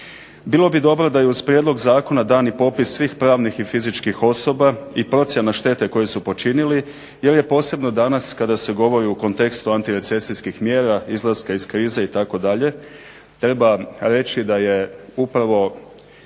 Bilo bi dobro da je uz prijedlog zakona dan popis svih pravnih i fizičkih osoba i procjena štete koje su počinili jer je posebno danas kada se govori u kontekstu antirecesijskih mjera izlaska iz krize itd., treba reći da je upravo